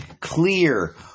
clear